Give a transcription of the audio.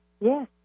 Yes